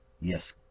Yes